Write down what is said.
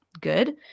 good